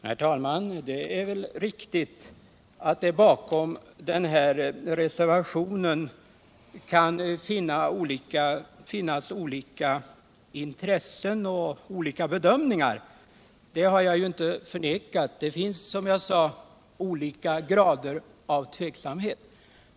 Herr talman! Det är riktigt att det bakom den här reservationen kan finnas olika intressen och olika bedömningar, det har jag inte förnekat. Det finns. som jag sade, olika grader av tveksamhet.